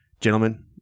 Gentlemen